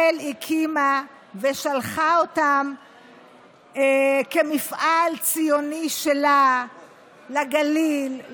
הקימה ושלחה אותם כמפעל ציוני שלה לגליל,